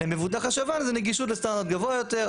למבוטח השב"ן זה נגישות לסטנדרט גבוה יותר,